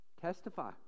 Testify